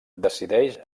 decideix